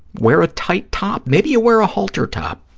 wear a tight top. maybe you wear a halter top.